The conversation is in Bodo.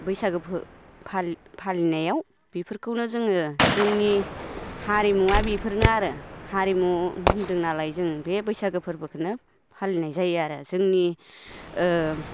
बैसागि फोरबो फालिनायाव बेफोरखौनो जोङो जोंनि हारिमुवा बेफोरनो आरो हारिमु होन्दों नालाय जों बे बैसागो फोरबोखोनो फालिनाय जायो आरो जोंनि